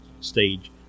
stage